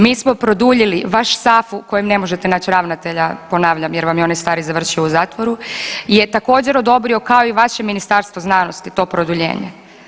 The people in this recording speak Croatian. Mi smo produljili vaš SAFU kojem ne možete nać ravnatelja ponavljam jer vam je onaj stari završio u zatvoru je također odobrio kao i vaše Ministarstvo znanosti to produljenje.